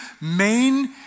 main